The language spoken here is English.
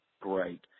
great